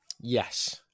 Yes